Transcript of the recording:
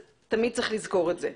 תמיד יש לזכור את זה.